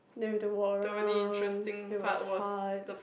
then we don't walk around it was hot